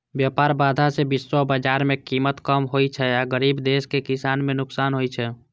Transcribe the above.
व्यापार बाधा सं विश्व बाजार मे कीमत कम होइ छै आ गरीब देशक किसान कें नुकसान होइ छै